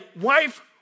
wife